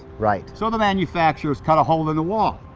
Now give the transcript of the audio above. right. so the manufacturers cut a hole in the wall.